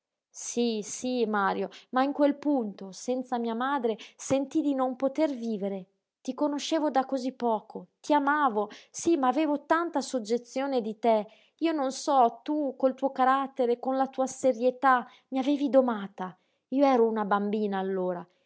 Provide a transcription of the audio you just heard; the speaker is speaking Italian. sí sí mario ma in quel punto senza mia madre sentii di non poter vivere ti conoscevo da cosí poco ti amavo sí ma avevo tanta soggezione di te io non so tu col tuo carattere con la tua serietà mi avevi domata io ero una bambina allora